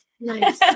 nice